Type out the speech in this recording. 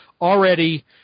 already